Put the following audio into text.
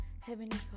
Heavenly